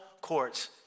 courts